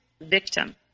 victim